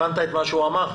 הבנת את מה שהוא אמר.